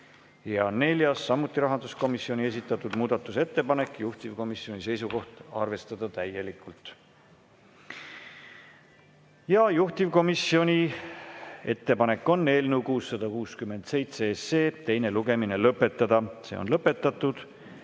Ja neljas, samuti rahanduskomisjoni esitatud muudatusettepanek, juhtivkomisjoni seisukoht on arvestada täielikult. Juhtivkomisjoni ettepanek on eelnõu 667 teine lugemine lõpetada. See on lõpetatud